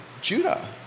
Judah